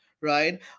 right